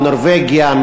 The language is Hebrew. מנורבגיה,